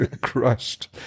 crushed